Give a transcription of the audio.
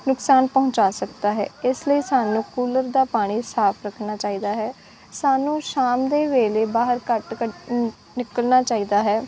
ਨੁਕਸਾਨ ਪਹੁੰਚਾ ਸਕਦਾ ਹੈ ਇਸ ਲਈ ਸਾਨੂੰ ਕੂਲਰ ਦਾ ਪਾਣੀ ਸਾਫ ਰੱਖਣਾ ਚਾਹੀਦਾ ਹੈ ਸਾਨੂੰ ਸ਼ਾਮ ਦੇ ਵੇਲੇ ਬਾਹਰ ਘੱਟ ਨਿਕਲਣਾ ਚਾਹੀਦਾ ਹੈ